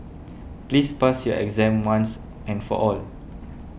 please pass your exam once and for all